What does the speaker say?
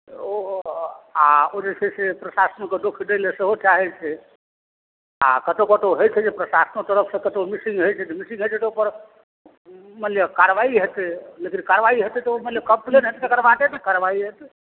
तऽ ओ जे छै से प्रशासनकेँ दोष दै लेल सेहो चाहैत छै आ कतहु कतहु होइत छै जे प्रशासनो तरफसँ कतहु मिसिंग होइत छै तऽ मिसिंग होइत छै तऽ ओकर मानि लिअ कार्रवाइ हेतै लेकिन कार्रवाइ हेतै तऽ मानि लिअ कम्प्लेन हेतै तकर बादे ने कार्रवाइ हेतै